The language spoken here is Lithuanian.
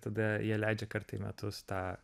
tada jie leidžia kartą į metus tą